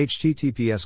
Https